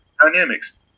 dynamics